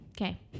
Okay